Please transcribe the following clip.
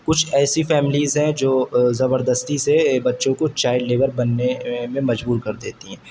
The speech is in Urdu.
کچھ ایسی فیملیز ہیں جو زبردستی سے بچوں کو چائیلڈ لیبر بننے میں مجبور کردیتی ہیں